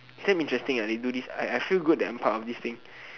is damn interesting ah I feel good that I'm part of this thing